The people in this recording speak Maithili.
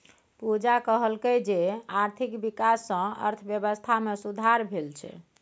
पूजा कहलकै जे आर्थिक बिकास सँ अर्थबेबस्था मे सुधार भेल छै